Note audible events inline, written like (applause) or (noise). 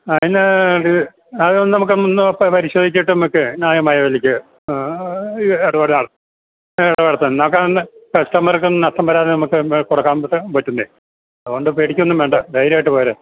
അതിന് ഇത് അതൊന്നു നമുക്കൊന്നു പരിശോധിച്ചിട്ട് നമുക്കു ന്യായമായ വിലയ്ക്ക് (unintelligible) ഇടപാടു നടത്താം കസ്റ്റമർക്ക് നഷ്ടം വരാതെ നമുക്ക് കൊടുക്കാൻ പറ്റുമെന്നേ അതുകൊണ്ട് പേടിക്കുകയൊന്നും വേണ്ട ധൈര്യമായിട്ട് പോര്